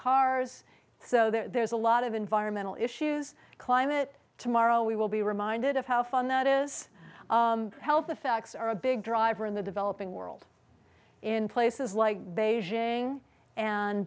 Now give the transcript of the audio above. so there's a lot of environmental issues climate tomorrow we will be reminded of how fun that is health effects are a big driver in the developing world in places like beijing and